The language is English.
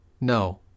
No